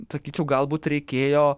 sakyčiau galbūt reikėjo